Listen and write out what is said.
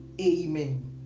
Amen